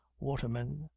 watermen,